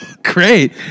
Great